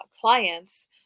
clients